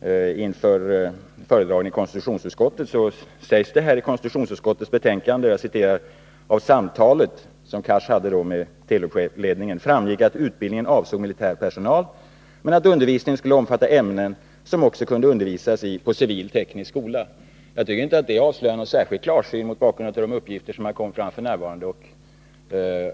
vid föredragningen i konstitutionsutskottet sägs det i konstitutionsutskottets betänkande: ”Av samtalet” — som Cars då hade haft med Telubledningen — ”framgick att utbildningen avsåg militär personal men att undervisningen skulle omfatta ämnen som också kunde undervisas i på civil teknisk skola.” Jag tycker inte att detta avslöjar någon särskild klarsyn mot bakgrund av de uppgifter som nu har kommit fram.